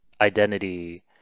identity